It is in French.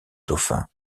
dauphin